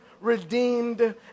redeemed